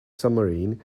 submarine